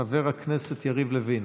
חבר הכנסת יריב לוין,